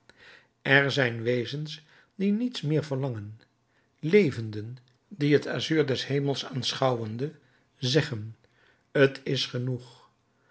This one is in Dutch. er zijn wezens die niets meer verlangen levenden die het azuur des hemels aanschouwende zeggen t is genoeg